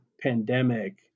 pandemic